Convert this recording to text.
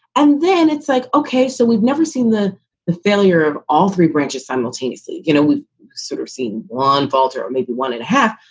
and then it's like, ok, so we've never seen the the failure of all three branches simultaneously. you know, we've sort of seen one falter or maybe one and a half.